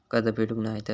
कर्ज फेडूक नाय तर?